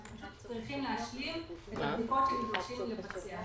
אנחנו פשוט צריכים להשלים את הבדיקות שנדרשים לבצע,